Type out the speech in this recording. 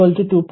75 0